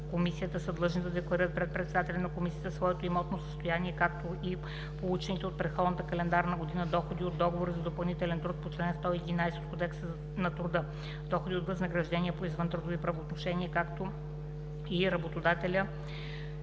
комисията са длъжни да декларират пред председателя на комисията своето имотно състояние, както и получените от предходната календарна година доходи от договори за допълнителен труд по чл. 111 от Кодекса на труда, доходи от възнаграждения по извънтрудови правоотношения, както и работодателя/възложителя,